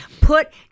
put